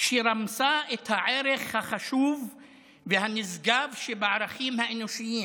שרמסה את הערך החשוב והנשגב שבערכים האנושיים,